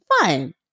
fine